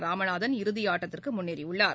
Ramanathan இறுதிஆட்டத்திற்குமுன்னேறியுள்ளார்